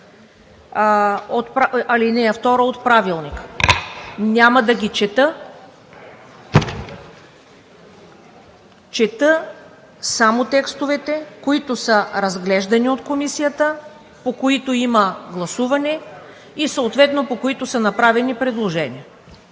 ал. 2 от Правилника. Няма да ги чета. Чета само текстовете, които са разглеждани от Комисията, по които има гласуване и съответно по които са направени предложения.